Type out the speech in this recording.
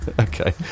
okay